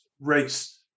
race